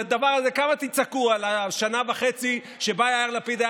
כמה תצעקו על השנה וחצי שבה יאיר לפיד היה